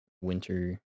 winter